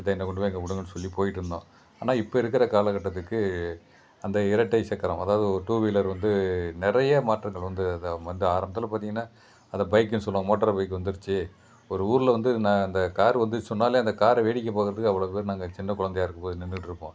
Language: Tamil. சித்த என்ன கொண்டுபோய் அங்கே விடுங்கனு சொல்லி போய்கிட்டுருந்தோம் ஆனால் இப்போ இருக்கிற காலக்கட்டத்துக்கு அந்த இரட்டை சக்கரம் அதாவது ஒரு டூ வீலர் வந்து நிறைய மாற்றங்கள் வந்து அந்த வந்து ஆரம்பத்தில் பார்த்திங்கன்னா அதை பைக்னு சொல்லுவோம் மோட்டார் பைக் வந்துருச்சு ஒரு ஊரில் வந்து ந அந்த காரு வந்து சொன்னாலே அந்த காரை வேடிக்கை பார்க்குறதுக்கு அவ்வளோ பேர் நாங்கள் சின்னக்கொழந்தையா இருக்கும் போது நின்றுக்கிட்டுருப்போம்